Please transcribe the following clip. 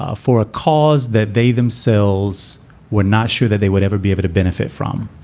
ah for a cause that they themselves were not sure that they would ever be able to benefit from.